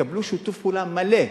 יקבלו שיתוף פעולה מלא.